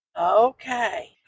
okay